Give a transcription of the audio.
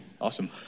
Awesome